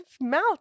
mouth